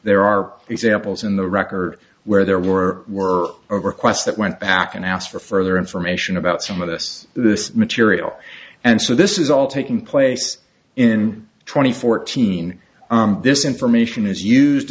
there are examples in the record where there were were a request that went back and asked for further information about some of us this material and so this is all taking place in two thousand and fourteen this information is used